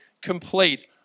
complete